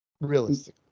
Realistically